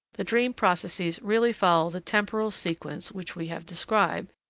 the dream processes really follow the temporal sequence which we have described,